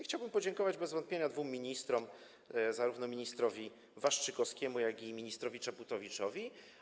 Chciałbym podziękować bez wątpienia dwóm ministrom, zarówno ministrowi Waszczykowskiemu, jak i ministrowi Czaputowiczowi.